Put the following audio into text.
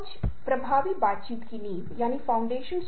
और साप्ताहिक छुट्टियाँअवकाश हैं